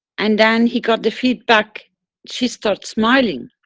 and then he got the feedback she starts smiling,